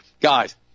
Guys